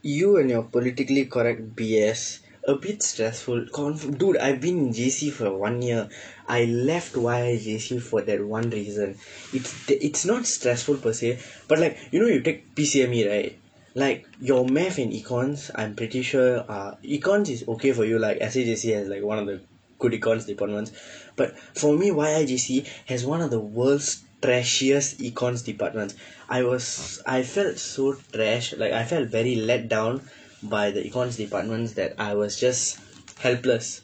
you and your politically correct B S a bit stressful confi~ dude I've been in J_C for one year I left Y_J_C for that one reason it's the it's not stressful but like you know you take P C M E right like your math and econs I'm pretty sure ah econs is okay for you lah S_A_J_C has like one of the good econs departments but for me Y_J_C has one of the world's trashiest econs departments I was I felt so trash like I felt very let down by the econs departments that I was just helpless